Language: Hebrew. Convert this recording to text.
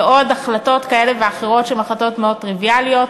ועוד החלטות כאלה ואחרות שהן החלטות מאוד טריוויאליות,